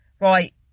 Right